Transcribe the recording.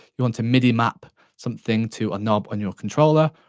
you want to midi map something to a knob on your controller,